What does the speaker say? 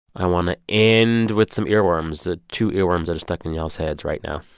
i want to end with some earworms the two earworms that are stuck in y'all's heads right now.